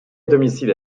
domicile